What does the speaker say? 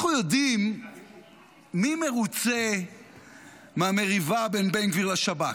אנחנו יודעים מי מרוצה מהמריבה בין בן גביר לשב"כ.